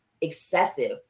excessive